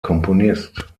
komponist